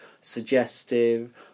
suggestive